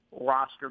roster